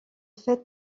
fête